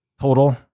total